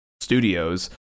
studios